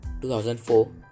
2004